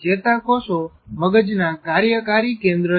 ચેતાકોષો મગજના કાર્યકારી કેન્દ્ર છે